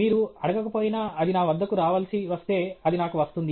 మీరు అడగకపోయినా అది నా వద్దకు రావలసి వస్తే అది నాకు వస్తుంది